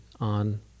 on